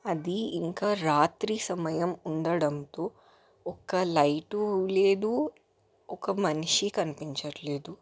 అది ఇంకా రాత్రి సమయం ఉండడంతో ఒక లైటు లేదు ఒక మనిషి కనిపించటం లేదు